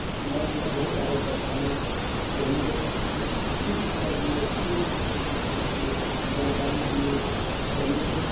मैं उनका बहुत आदर करता हूँ वे हमें अच्छी शिक्षा दी अच्छी वे जानकारी दिए वे हमें